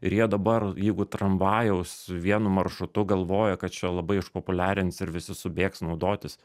ir jie dabar jeigu tramvajaus vienu maršrutu galvoja kad čia labai išpopuliarins ir visi subėgs naudotis